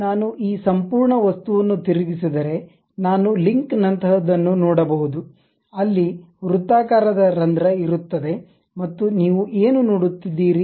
ನಾನು ಈ ಸಂಪೂರ್ಣ ವಸ್ತುವನ್ನು ತಿರುಗಿಸಿದರೆ ನಾನು ಲಿಂಕ್ನಂತಹದನ್ನು ನೋಡಬಹುದುಅಲ್ಲಿ ವೃತ್ತಾಕಾರದ ರಂಧ್ರ ಇರುತ್ತದೆ ಮತ್ತು ನೀವು ಏನು ನೋಡುತ್ತಿದ್ದೀರಿ